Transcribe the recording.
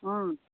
অঁ